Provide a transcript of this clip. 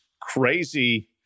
crazy –